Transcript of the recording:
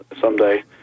someday